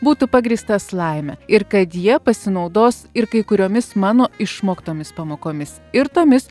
būtų pagrįstas laime ir kad jie pasinaudos ir kai kuriomis mano išmoktomis pamokomis ir tomis